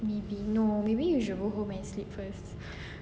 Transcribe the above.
maybe no maybe you should go home and sleep first